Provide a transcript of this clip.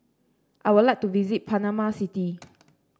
I would like to visit Panama City